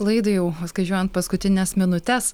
laidai jau skaičiuojant paskutines minutes